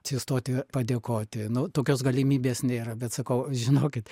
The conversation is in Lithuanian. atsistoti padėkoti nu tokios galimybės nėra bet sakau žinokit